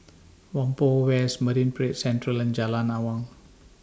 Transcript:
Whampoa West Marine Parade Central and Jalan Awang